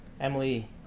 emily